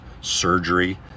surgery